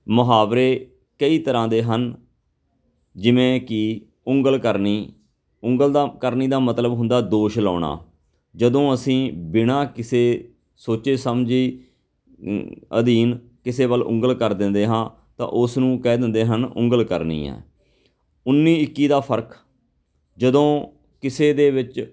ਮੁਹਾਵਰੇ ਕਈ ਤਰ੍ਹਾਂ ਦੇ ਹਨ ਜਿਵੇਂ ਕਿ ਉਂਗਲ ਕਰਨੀ ਉਂਗਲ ਦਾ ਕਰਨੀ ਦਾ ਮਤਲਬ ਹੁੰਦਾ ਦੋਸ਼ ਲਾਉਣਾ ਜਦੋਂ ਅਸੀਂ ਬਿਨਾਂ ਕਿਸੇ ਸੋਚੇ ਸਮਝੀ ਅਧੀਨ ਕਿਸੇ ਵੱਲ ਉਂਗਲ ਕਰ ਦਿੰਦੇ ਹਾਂ ਤਾਂ ਉਸ ਨੂੰ ਕਹਿ ਦਿੰਦੇ ਹਨ ਉਂਗਲ ਕਰਨੀ ਹੈ ਉੱਨੀ ਇੱਕੀ ਦਾ ਫਰਕ ਜਦੋਂ ਕਿਸੇ ਦੇ ਵਿੱਚ